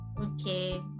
Okay